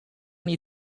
many